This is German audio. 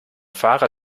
fahrer